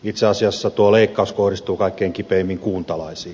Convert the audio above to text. itse asiassa tuo leikkaus kohdistuu kaikkein kipeimmin kuntalaisiin